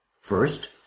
First